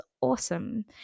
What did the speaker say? awesome